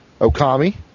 Okami